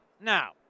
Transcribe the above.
Now